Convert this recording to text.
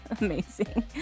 amazing